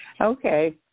Okay